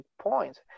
points